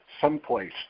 someplace